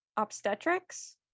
Obstetrics